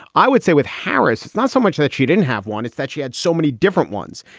i would say with harris, it's not so much that she didn't have one. it's that she had so many different ones.